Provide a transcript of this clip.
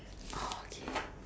okay